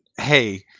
Hey